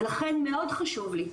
ולכן מאוד חשוב לי,